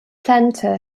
planter